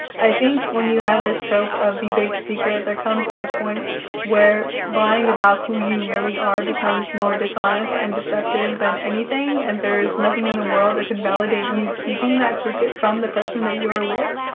i think when you have this trope of the big secret, there comes a point where lying about who you really are becomes more dishonest and deceptive than anything, and there's nothing in the world that can validate you keeping that secret from the person that you are with.